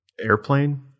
airplane